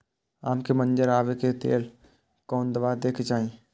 आम के मंजर आबे के लेल कोन दवा दे के चाही?